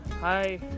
Hi